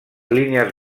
línies